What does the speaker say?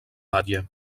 batlle